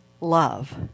love